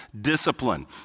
discipline